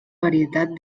varietat